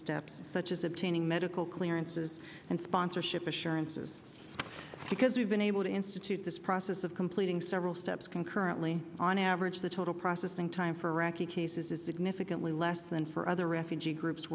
steps such as obtaining medical clearances and sponsorship assurances because we've been able to institute this process of completing several steps concurrently on average the total processing time for iraqi cases is the difficultly less than for other refugee groups